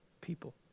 people